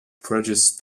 produce